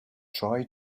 try